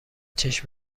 چشم